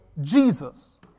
Jesus